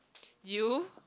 you